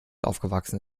aufgewachsen